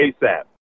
ASAP